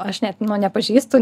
aš net nepažįstu